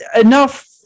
enough